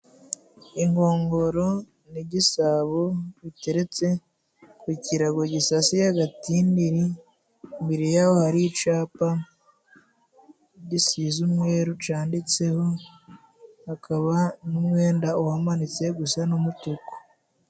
Inkongoro n'igisabo biteretse ku kirago gisasiye agatindiri ,imbere yaho hari icapa gisize umweru canditseho ,hakaba n'umwenda uhamanitse gusa n'umutuku.